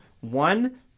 one